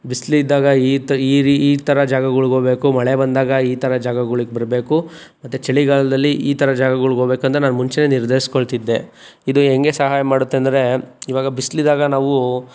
ಬಿಸಿಲಿದ್ದಾಗ ಈ ತ್ ಈ ರೀ ಈ ಥರ ಜಾಗಗಳಿಗೆ ಹೋಗಬೇಕು ಮಳೆ ಬಂದಾಗ ಈ ಥರ ಜಾಗಗಳಿಗೆ ಬರಬೇಕು ಮತ್ತು ಚಳಿಗಾಲದಲ್ಲಿ ಈ ಥರ ಜಾಗಗಳ್ಗೆ ಹೋಗ್ಬೇಕಂತ ನಾನು ಮುಂಚೆಯೇ ನಿರ್ಧರಿಸಿಕೊಳ್ತಿದ್ದೆ ಇದು ಹೆಂಗೆ ಸಹಾಯ ಮಾಡುತ್ತೆ ಅಂದರೆ ಇವಾಗ ಬಿಸಿಲಿದ್ದಾಗ ನಾವು